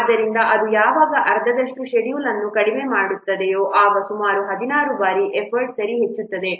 ಆದ್ದರಿಂದ ಅದು ಯಾವಾಗ ಅರ್ಧದಷ್ಟು ಷೆಡ್ಯೂಲ್ ಅನ್ನು ಕಡಿಮೆ ಮಾಡುತ್ತದ್ದೆಯೋ ಆಗ ಸುಮಾರು 16 ಬಾರಿ ಎಫರ್ಟ್ ಸರಿ ಹೆಚ್ಚುತ್ತಿದೆ